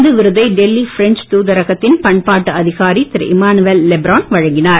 இந்த விருதை டெல்லி பிரெஞ்சு தூதரகத்தின் பண்பாட்டு அதிகாரி திருஇமானுவேல் லெப்ரான் வழங்கினார்